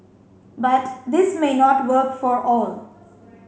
but this may not work for all